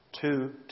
Two